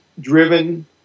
driven